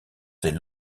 ses